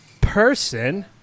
person